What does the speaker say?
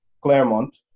Claremont